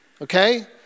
Okay